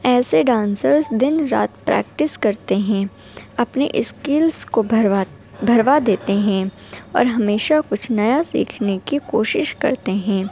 ایسے ڈانسرس دن رات پریکٹس کرتے ہیں اپنے اسکلس کو بھروا بھروا دیتے ہیں اور ہمیشہ کچھ نیا سیکھنے کی کوشش کرتے ہیں